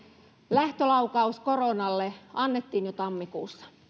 lähtölaukaus koronalle annettiin jo tammikuussa